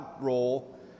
role